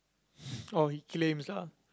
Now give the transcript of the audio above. oh he claims ah